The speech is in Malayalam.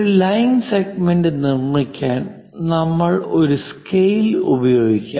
ഒരു ലൈൻ സെഗ്മെന്റ് നിർമ്മിക്കാൻ നമുക്ക് ഒരു സ്കെയിൽ ഉപയോഗിക്കാം